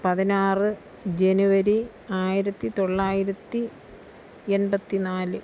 പതിനാറ് ജെനുവരി ആയിരത്തി തൊള്ളായിരത്തി എൺപത്തി നാല്